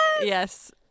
Yes